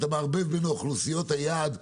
אתה מערבב בין אוכלוסיות היעד,